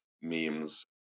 memes